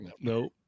no